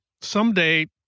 Someday